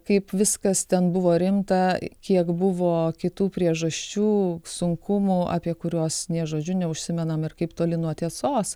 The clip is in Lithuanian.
kaip viskas ten buvo rimta kiek buvo kitų priežasčių sunkumų apie kuriuos nė žodžiu neužsimenama ir kaip toli nuo tiesos